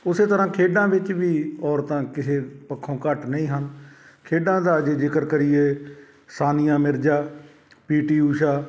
ਉਸੇ ਤਰ੍ਹਾਂ ਖੇਡਾਂ ਵਿੱਚ ਵੀ ਔਰਤਾਂ ਕਿਸੇ ਪੱਖੋਂ ਘੱਟ ਨਹੀਂ ਹਨ ਖੇਡਾਂ ਦਾ ਜੇ ਜ਼ਿਕਰ ਕਰੀਏ ਸਾਨੀਆ ਮਿਰਜ਼ਾ ਪੀ ਟੀ ਊਸ਼ਾ